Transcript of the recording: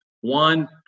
One